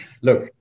look